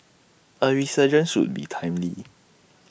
A resurgence would be timely